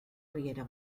riera